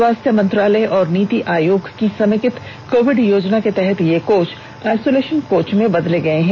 स्वास्थ्य मंत्रालय और नीति आयोग की समेकित कोविड योजना के तहत ये कोच आइसोलेशन कोच में बदले गये हैं